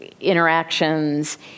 interactions